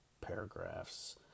paragraphs